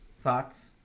thoughts